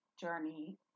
journey